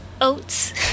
oats